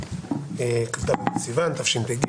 היום כ"ד בסיון תשפ"ג.